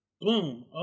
Boom